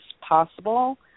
possible